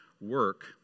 work